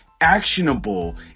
actionable